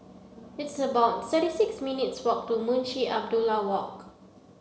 it's about thirty six minutes' walk to Munshi Abdullah Walk